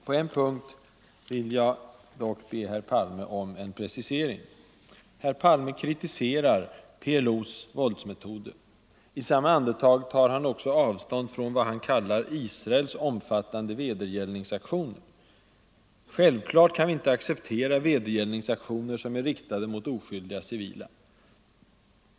På en punkt vill jag be herr Palme om en precisering. Herr Palme kritiserar PLO:s våldsmetoder. I samma andetag tar han också avstånd från vad han kallar Israels omfattande vedergällningsaktioner. Självklart kan vi inte acceptera vedergällningsaktioner som är riktade mot oskyldiga civila.